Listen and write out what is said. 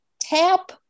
tap